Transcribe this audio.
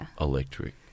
electric